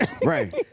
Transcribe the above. Right